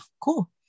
cool